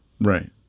Right